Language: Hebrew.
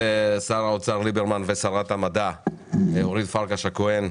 של שר האוצר ליברמן ושרת המדע אורית פרקש הכהן,